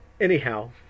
Anyhow